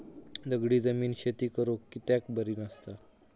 दगडी जमीन शेती करुक कित्याक बरी नसता?